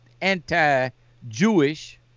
anti-Jewish